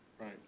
Right